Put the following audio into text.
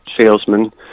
salesman